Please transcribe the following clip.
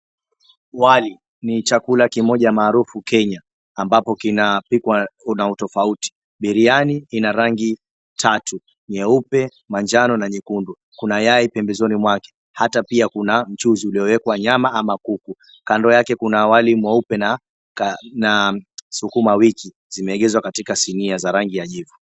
Wali ni chakula kimoja maarufu Kenya ambapo kinapikwa na utofuati. Biriani ina rangi tatu: nyeupe, manjano na nyekundu. Kuna yai pembezoni mwake hata pia kuna mchuzi uliowekwa nyama ama kuku. Kando yake kuna wali mweupe na sukuma wiki zimeegezwa katika sinia za rangi ya jivu.